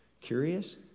curious